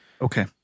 Okay